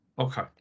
Okay